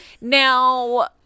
Now